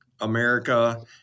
America